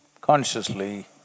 consciously